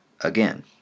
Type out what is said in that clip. Again